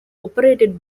operated